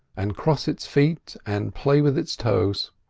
and cross its feet and play with its toes.